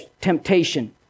temptation